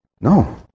No